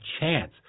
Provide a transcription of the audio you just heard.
chance